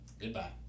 Goodbye